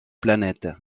planète